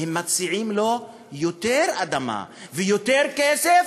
הם מציעים לו יותר אדמה ויותר כסף,